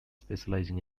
specialising